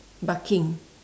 barking